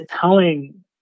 telling